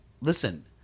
Listen